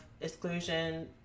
exclusion